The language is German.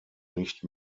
nicht